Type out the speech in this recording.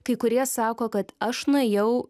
kai kurie sako kad aš nuėjau